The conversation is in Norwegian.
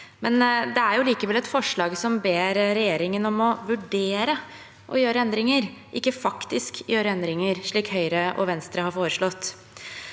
dag. Det er likevel et forslag som ber regjeringen om å vurdere å gjøre endringer, ikke faktisk gjøre endringer, slik Høyre og Venstre har foreslått.